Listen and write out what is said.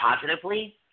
positively